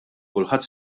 kulħadd